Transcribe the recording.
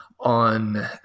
on